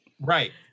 Right